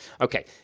Okay